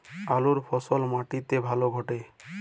আলুর ফলন মাটি তে ভালো ঘটে?